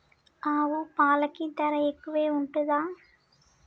ఆవు పాలకి ధర ఎక్కువే ఉంటదా?